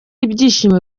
ibyishimo